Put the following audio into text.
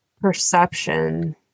perception